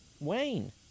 Wayne